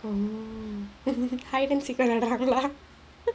oh hide and seek வெளாடுறான்களா:velaaduraangalaa